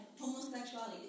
homosexuality